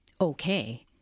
okay